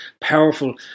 powerful